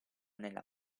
nella